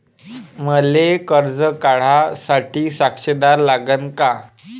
मले कर्ज काढा साठी साक्षीदार लागन का?